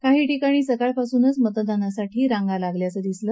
काही ठिकाणी सकाळपासूनच मतदानासाठी रांगा लागल्याचं दिसलं